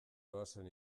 doazen